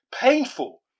painful